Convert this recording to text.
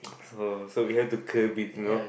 so we have to clear beef you know